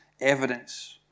evidence